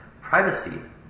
privacy